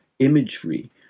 imagery